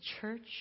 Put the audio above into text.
church